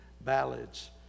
ballads